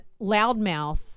loudmouth